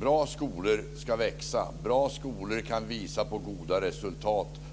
Bra skolor ska växa. Bra skolor kan visa på goda resultat.